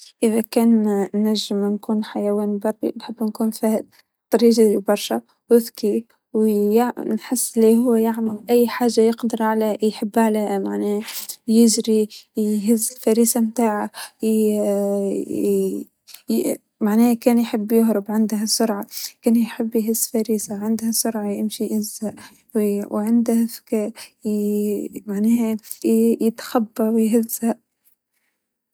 أكيد نسبة مية في المية راح أختار أكون ثعلب، لإني منبهرة بالثعالب، تخيل يكون عندك إستطاعة تكون مكار وذكي، وفي نفس الوقت ما نك خبيث، لإن الفرق بين المكر والخبث شعره ها فيك تكون جد مكار، وجد ذكي ، وتخطط وتساي وإنك ما حدا يعرفك، أوف والله عجبني الفكرة.